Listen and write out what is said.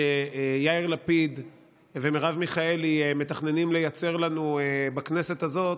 שיאיר לפיד ומרב מיכאלי מתכננים לייצר לנו בכנסת הזאת,